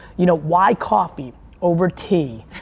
you know, why coffee over tea.